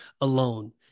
alone